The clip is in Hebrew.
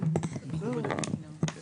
שלאור כל